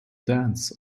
dance